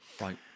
Right